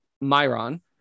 Myron